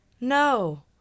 No